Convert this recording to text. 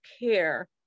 care